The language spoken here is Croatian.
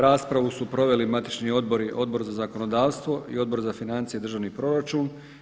Raspravu su proveli matični odbori Odbor za zakonodavstvo i Odbor za financije i državni proračun.